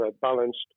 balanced